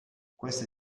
queste